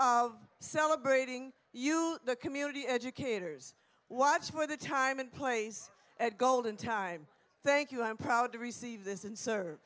of celebrating you the community educators watch for the time and place at golden time thank you i'm proud to receive this